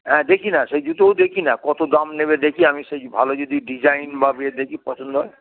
হ্যাঁ দেখি না সেই জুতোও দেখি না কত দাম নেবে দেখি আমি সেই ভালো যদি ডিজাইন বা ইয়ে দেখি পছন্দ হয়